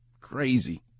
Crazy